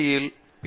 யில் பி